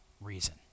reason